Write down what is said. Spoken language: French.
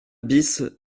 bis